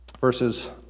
Verses